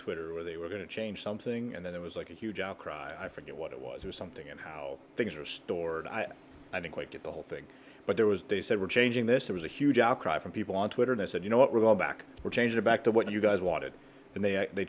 twitter where they were going to change something and then it was like a huge outcry i forget what it was or something and how things are stored i didn't quite get the whole thing but there was they said we're changing this there was a huge outcry from people on twitter and i said you know what we're going back we're changing back to what you guys wanted and they they